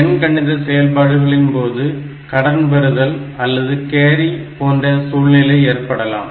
எண்கணித செயல்பாடுகளின் போது கடன் பெறுதல் அல்லது கேரி போன்ற சூழ்நிலை ஏற்படலாம்